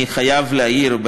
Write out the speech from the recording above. אני חייב להעיר,